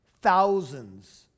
Thousands